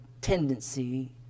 tendency